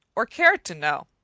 or cared to know,